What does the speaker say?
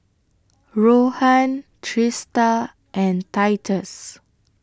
Rohan Trista and Titus